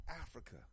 Africa